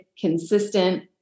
consistent